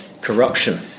corruption